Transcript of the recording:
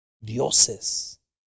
Dioses